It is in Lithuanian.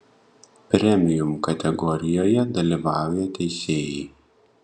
premium kategorijoje dalyvauja teisėjai